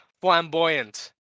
flamboyant